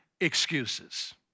excuses